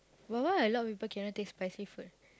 but why a lot of people cannot take spicy food